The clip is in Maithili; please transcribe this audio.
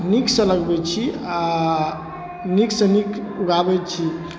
नीकसँ लगबै छी आओर नीकसँ नीक उगाबै छी